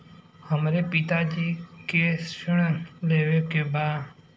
हमरे पिता जी के ऋण लेवे के बा?